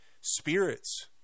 spirits